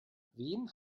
wen